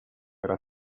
era